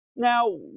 Now